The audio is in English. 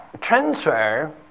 transfer